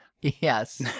yes